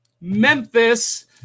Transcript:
Memphis